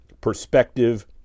perspective